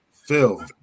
Phil